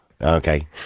Okay